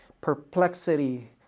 perplexity